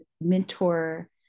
mentor